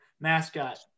mascot